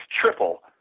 triple